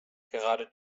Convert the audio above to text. gerade